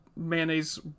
Mayonnaise